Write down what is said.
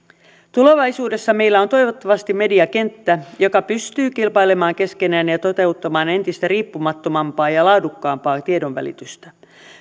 tulevaisuudessa meillä on toivottavasti mediakenttä joka pystyy kilpailemaan keskenään ja ja toteuttamaan entistä riippumattomampaa ja ja laadukkaampaa tiedonvälitystä